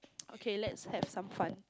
okay let's have some fun